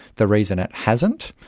the reason it hasn't,